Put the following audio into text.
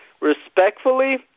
Respectfully